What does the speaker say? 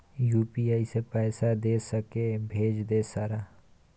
UPI से पैसा दे सके भेज दे सारा?